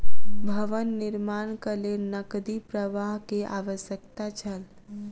भवन निर्माणक लेल नकदी प्रवाह के आवश्यकता छल